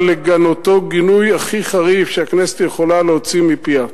לגנותו גינוי הכי חריף שהכנסת יכולה להוציא מפיה.